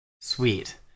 Sweet